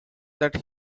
that